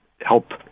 help